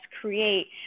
create